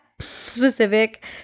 specific